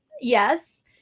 Yes